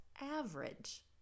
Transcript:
average